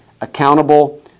accountable